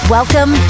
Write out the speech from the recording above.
Welcome